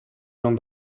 non